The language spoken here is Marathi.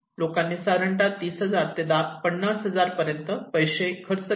लोकांनी साधारणपणे 30000 ते 50000 पर्यंत पैसे खर्च केले